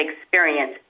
experience